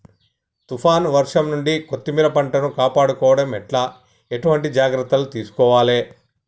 తుఫాన్ వర్షం నుండి కొత్తిమీర పంటను కాపాడుకోవడం ఎట్ల ఎటువంటి జాగ్రత్తలు తీసుకోవాలే?